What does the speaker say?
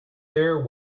there